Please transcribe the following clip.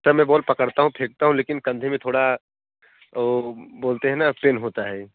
sir मैं ball पकड़ता हूँ फेंकता हू लेकिन कंधे में थोड़ा वह बोलते है ना पेन होता है